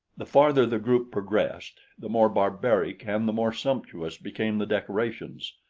the farther the group progressed, the more barbaric and the more sumptuous became the decorations.